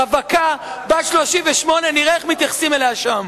רווקה בת 38, נראה איך מתייחסים אליה שם.